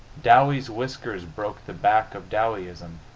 dowie's whiskers broke the back of dowieism.